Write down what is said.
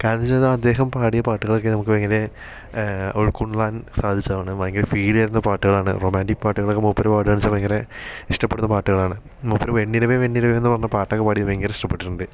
കാരണം എന്നു വെച്ചാൽ അദ്ദേഹം പാടിയ പാട്ടുകളൊക്കെ നമുക്ക് ഭയങ്കരെ ഉൾക്കൊള്ളാൻ സാധിച്ചതാണ് ഭയങ്കര ഫീൽ തരുന്ന പാട്ടുകൾ ആണ് റൊമാന്റിക്ക് പാട്ടുകൾ ഒക്കെ മൂപ്പര് പാടുകയെന്നു വെച്ചാൽ ഭയങ്കര ഇഷ്ടപെടുന്ന പാട്ടുകൾ ആണ് മൂപ്പര് വെണ്ണിലവേ വെണ്ണിലവേ എന്നുപറഞ്ഞ പാട്ടൊക്കെ പാടിയത് ഭയങ്കര ഇഷ്ടപ്പെട്ടിട്ടുണ്ട്